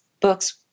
books